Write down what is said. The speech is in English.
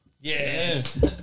Yes